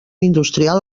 industrial